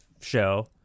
show